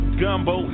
gumbo